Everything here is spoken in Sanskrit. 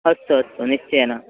अस्तु अस्तु निश्चयेन